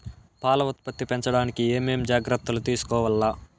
పాల ఉత్పత్తి పెంచడానికి ఏమేం జాగ్రత్తలు తీసుకోవల్ల?